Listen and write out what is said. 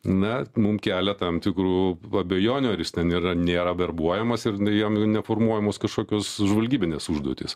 na mum kelia tam tikrų abejonių ar jis ten yra nėra verbuojamas ir jam neformuojamos kažkokios žvalgybinės užduotys